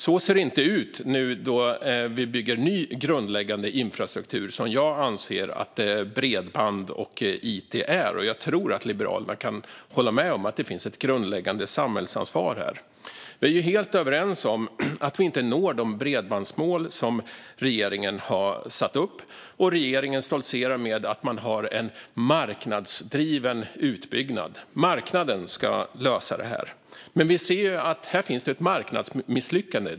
Så ser det inte ut nu när vi bygger ny grundläggande infrastruktur, som jag anser att bredband och it är. Och jag tror att Liberalerna kan hålla med om att det finns ett grundläggande samhällsansvar här. Vi är helt överens om att vi inte når de bredbandsmål som regeringen har satt upp. Och regeringen stoltserar med att man har en marknadsdriven utbyggnad. Marknaden ska lösa detta. Men vi ser att det här finns ett marknadsmisslyckande.